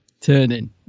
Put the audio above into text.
turning